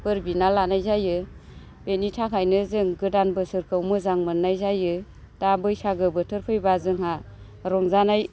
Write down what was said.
बोर बिना लानाय जायो बेनि थाखायनो जों गोदान बोसोरखौ मोजां मोननाय जायो दा बैसागो बोथोर फैबा जोंहा रंजानाय